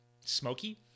smoky